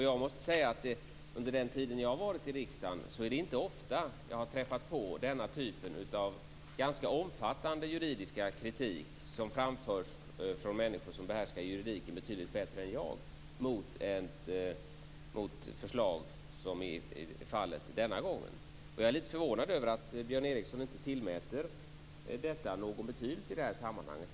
Jag måste säga att under den tid som jag har varit i riksdagen är det inte ofta jag har träffat på en så omfattande juridisk kritik, som framförs från människor som behärskar juridiken betydligt bättre än jag, mot förslag som är fallet denna gång. Jag är förvånad över att Björn Ericson inte tillmäter denna någon betydelse i det här sammanhanget.